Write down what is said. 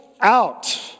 out